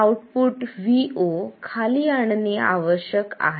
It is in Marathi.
आउटपुट vo खाली आणणे आवश्यक आहे